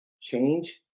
change